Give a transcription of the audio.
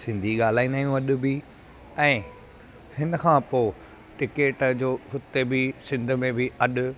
सिंधी ॻाल्हाईंदा आहियूं अॼु बि ऐं हिन खां पोइ टिकट जो हुते बि सिंधु में बि अॼु